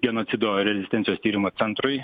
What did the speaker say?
genocido ir rezistencijos tyrimo centrui